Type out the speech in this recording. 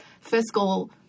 fiscal